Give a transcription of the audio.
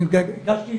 אני הגשתי